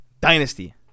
Dynasty